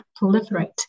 proliferate